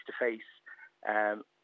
face-to-face